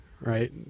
right